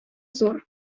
зур